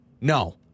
no